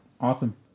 Awesome